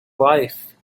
life